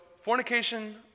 fornication